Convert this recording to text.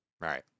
Right